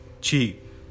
cheap